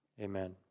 Amen